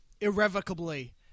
Irrevocably